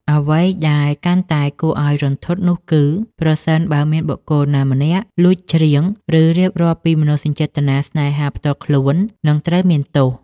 អ្វីដែលកាន់តែគួរឲ្យរន្ធត់នោះគឺ ប្រសិនបើមានបុគ្គលណាម្នាក់លួចច្រៀង ឬរៀបរាប់ពីមនោសញ្ចេតនាស្នេហាផ្ទាល់ខ្លួន និងត្រូវមានទោស។